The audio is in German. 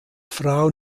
frau